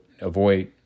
avoid